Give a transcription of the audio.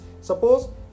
suppose